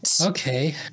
Okay